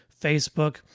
Facebook